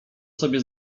sobie